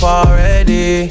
already